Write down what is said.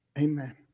Amen